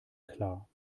klar